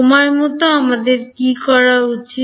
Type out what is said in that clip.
সময় মতো আমাদের কী করা উচিত